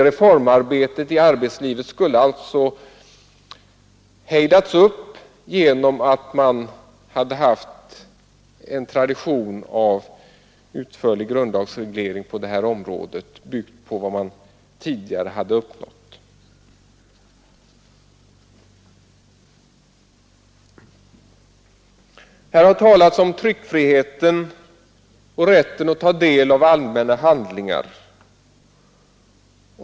Reformarbetet i arbetslivet skulle alltså ha bromsats upp genom en utförlig grundlagsreglering, byggd på vad man tidigare uppnått. Här har talats om tryckfriheten och rätten att ta del av allmänna handlingar.